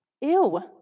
ew